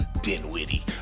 Dinwiddie